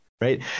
right